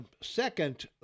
second